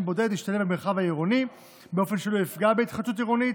בודד תשתלב במרחב העירוני באופן שלא יפגע בהתחדשות עירונית.